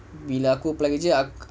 bila aku happy kerja